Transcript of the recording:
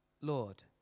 Lord